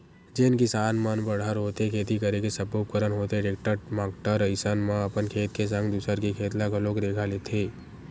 जेन किसान मन बड़हर होथे खेती करे के सब्बो उपकरन होथे टेक्टर माक्टर अइसन म अपन खेत के संग दूसर के खेत ल घलोक रेगहा लेथे